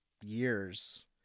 years